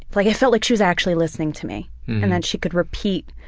like it felt like she was actually listening to me and that she could repeat